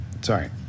Sorry